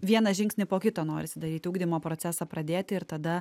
vieną žingsnį po kito norisi daryt ugdymo procesą pradėti ir tada